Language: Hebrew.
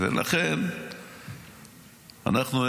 ולכן אנחנו,